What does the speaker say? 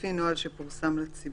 לפי נוהל שפורסם לציבור.